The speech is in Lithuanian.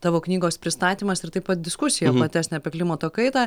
tavo knygos pristatymas ir taip pat diskusija platesnė apie klimato kaitą